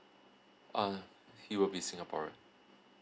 uh he will be singaporean